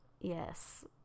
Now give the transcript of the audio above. Yes